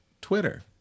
Twitter